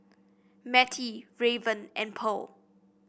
Mattie Raven and Pearl